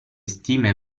stime